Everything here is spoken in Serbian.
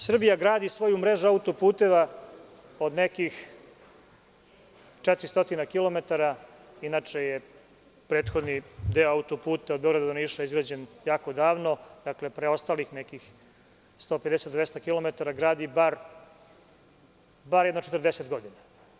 Srbija gradi svoju mrežu autoputeva od nekih 400 kilometara, inače je prethodni deo auto puta od Beograda do Niša izgrađen jako davno, preostalih nekih 150 – 200 kilometara gradi bar jedno 40 godina.